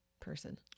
person